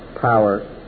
power